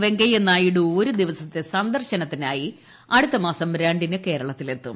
വെങ്കയ്യ നായിഡു ഒരു ദിവസത്തെ സന്ദർശനത്തിനായി അടുത്തമാസം രണ്ടിന് കേരളത്തിലെത്തും